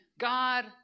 God